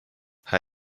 her